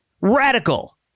Radical